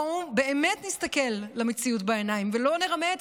בואו באמת נסתכל למציאות בעיניים ולא נרמה את